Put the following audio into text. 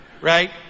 right